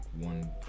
one